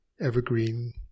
evergreen